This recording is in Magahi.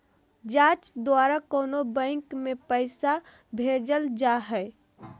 जाँच द्वारा कोनो बैंक में पैसा भेजल जा हइ